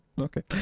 okay